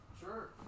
Sure